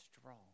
strong